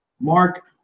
Mark